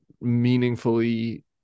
meaningfully